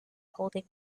holding